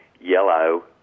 yellow